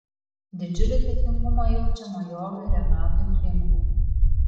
didžiulį dėkingumą jaučia majorui renatui chrimliui